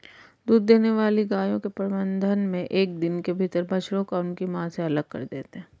दूध देने वाली गायों के प्रबंधन मे एक दिन के भीतर बछड़ों को उनकी मां से अलग कर देते हैं